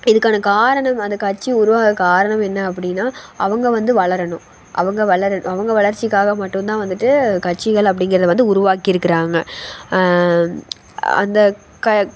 இதுக்கான காரணம் அந்த கட்சி உருவாக காரணம் என்ன அப்படின்னா அவங்க வந்து வளரணும் அவங்க வளர அவங்க வளர்ச்சிக்காக மட்டும்தான் வந்துட்டு கட்சிகள் அப்படிங்கிறத வந்து உருவாக்கியிருக்குறாங்க அந்த க